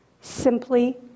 Simply